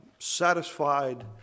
satisfied